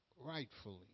rightfully